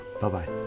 Bye-bye